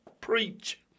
preach